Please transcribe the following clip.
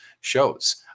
shows